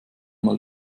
mal